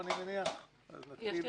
יש לי